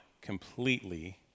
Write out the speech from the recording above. completely